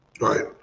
Right